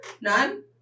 none